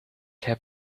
heb